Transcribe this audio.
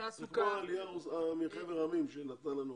זה כמו העלייה מחבר העמים שנתנה לנו